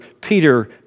Peter